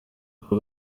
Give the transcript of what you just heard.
ako